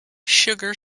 sugar